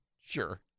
sure